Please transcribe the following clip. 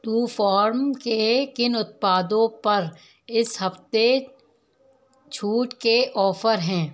Truefarm के किन उत्पादों पर इस हफ़्ते छूट के ऑफ़र हैं